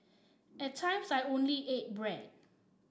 at times I only ate bread